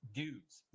dudes